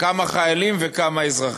כמה חיילים וכמה אזרחים.